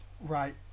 right